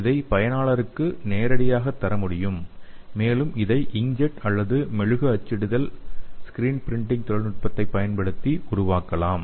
இதை பயனாளருக்கு நேரடியாக தரமுடியும் மேலும் இதை இன்க்ஜெட் அல்லது மெழுகு அச்சிடுதல் அல்லது ஸ்கிரீன் ப்ரிண்டிங்க் தொழில்நுட்பத்தைப் பயன்படுத்தி உருவாக்கலாம்